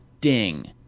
Ding